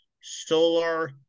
Solar